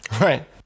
Right